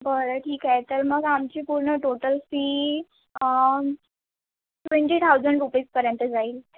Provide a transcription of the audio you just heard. बरं ठीक आहे तर मग आमची पूर्ण total fee twenty thousand rupees पर्यंत जाईल